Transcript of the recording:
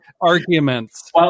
arguments